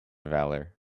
valour